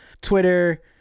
Twitter